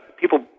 people